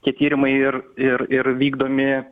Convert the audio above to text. tie tyrimai ir ir ir vykdomi